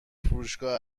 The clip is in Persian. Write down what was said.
فروشگاه